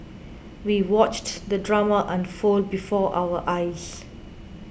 we watched the drama unfold before our eyes